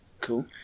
Cool